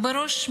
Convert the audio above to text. ובראש,